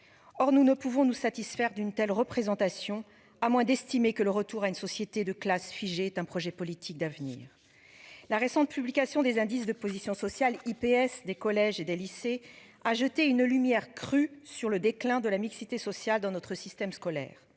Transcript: Or nous ne pouvons nous satisfaire d'une telle représentation à moins d'estimer que le retour à une société de classe figé est un projet politique d'avenir. La récente publication des indices de position sociale IPS des collèges et des lycées a jeté une lumière crue sur le déclin de la mixité sociale dans notre système scolaire.